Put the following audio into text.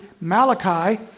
Malachi